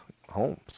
homes